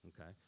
okay